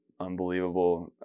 unbelievable